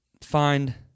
find